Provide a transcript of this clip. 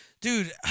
Dude